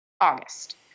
August